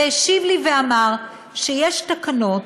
והשיב לי ואמר שיש תקנות